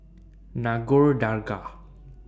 Nagore Dargah